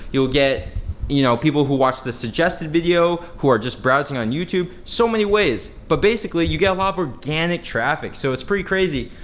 you'll get you know people who watch the suggested video who are just browsing on youtube, so many ways. but basically you get a lot of organic traffic so it's pretty crazy,